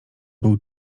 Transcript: był